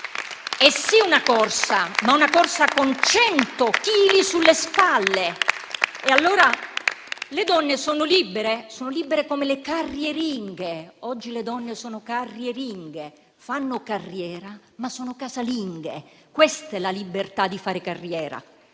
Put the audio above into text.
è sì una corsa, ma una corsa con 100 chili sulle spalle. Le donne sono libere? Sono libere come le "carrieringhe"; oggi le donne sono "carrieringhe": fanno carriera ma sono casalinghe; questa è la libertà di fare carriera.